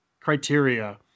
criteria